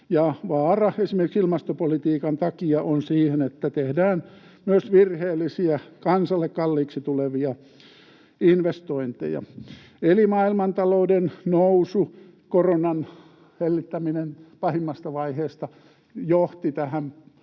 vaara, esimerkiksi ilmastopolitiikan takia, on siihen, että tehdään myös virheellisiä, kansalle kalliiksi tulevia investointeja. Eli maailmantalouden nousu, koronan hellittäminen pahimmasta vaiheesta johti tähän